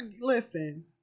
Listen